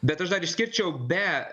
bet aš dar išskirčiau be